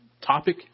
topic